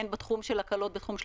הן בתחום של הרגולציה,